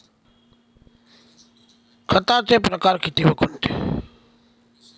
खताचे प्रकार किती व कोणते?